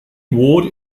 ward